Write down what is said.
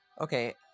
Okay